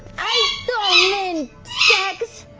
i don't mean sex!